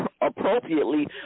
appropriately